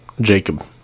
Jacob